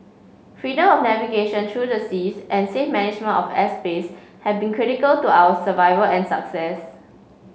freedom of navigation through the seas and safe management of airspace have been critical to our survival and success